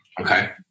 Okay